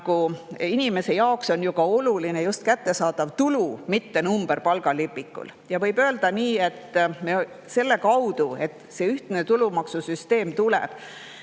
Inimese jaoks on oluline just kättesaadav tulu, mitte number palgalipikul. Ja võib öelda nii, et me selle kaudu, et see ühtne tulumaksusüsteem tuleb,